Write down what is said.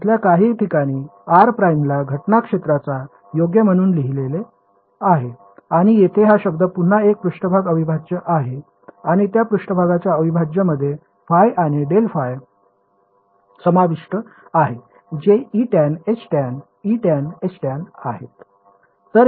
तर इथल्या काही ठिकाणी r प्राइमला घटना क्षेत्राचा योग म्हणून लिहिलेले आहे आणि येथे हा शब्द पुन्हा एक पृष्ठभाग अविभाज्य आहे आणि त्या पृष्ठभागाच्या अविभाज्य मध्ये ϕ आणि ∇ϕ समाविष्ट आहे जे Etan Htan E tan H tan आहेत